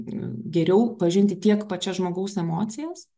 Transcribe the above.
geriau pažinti tiek pačias žmogaus emocijas